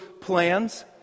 plans